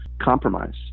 compromise